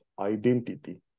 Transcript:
identity